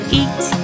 eat